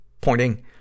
pointing